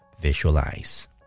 visualize